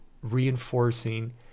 reinforcing